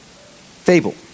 fable